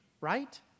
Right